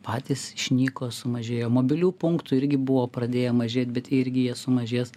patys išnyko sumažėjo mobilių punktų irgi buvo pradėję mažėt irgi jie sumažės